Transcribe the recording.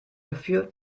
dafür